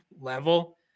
level